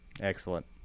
Excellent